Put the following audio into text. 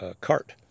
cart